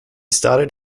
started